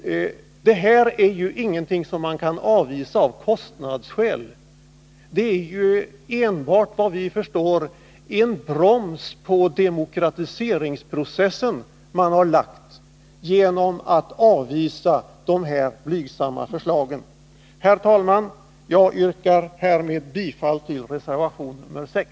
Det här är ingenting som man kan avvisa av kostnadsskäl. Det är, såvitt vi förstår, enbart en broms på demokratiseringsprocessen man har lagt genom att avvisa dessa blygsamma förslag. Herr talman! Jag yrkar härmed bifall till reservation nr 6.